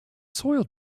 soiled